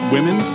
Women